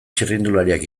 txirrindulariak